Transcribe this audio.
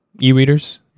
e-readers